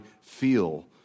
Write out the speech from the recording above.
feel